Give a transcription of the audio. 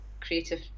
creative